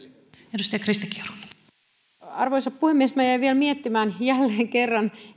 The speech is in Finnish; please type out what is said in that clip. arvoisa arvoisa puhemies minä jäin vielä miettimään jälleen kerran